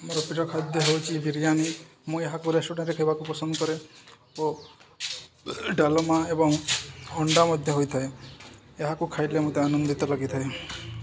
ମୋର ପ୍ରିୟ ଖାଦ୍ୟ ହେଉଛି ବିରିୟାନୀ ମୁଁ ଏହାକୁ ରେଷ୍ଟୁରାଣ୍ଟରେ ଖେବାକୁ ପସନ୍ଦ କରେ ଓ ଡାଲମା ଏବଂ ଅଣ୍ଡା ମଧ୍ୟ ହୋଇଥାଏ ଏହାକୁ ଖାଇଲେ ମୋତେ ଆନନ୍ଦିତ ଲାଗିଥାଏ